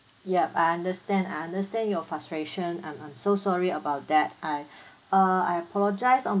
ya I understand I understand your frustration I'm I'm so sorry about that I err I apologise on